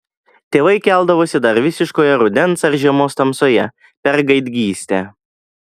tėvai keldavosi dar visiškoje rudens ar žiemos tamsoje per gaidgystę